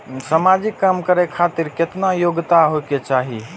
समाजिक काम करें खातिर केतना योग्यता होके चाही?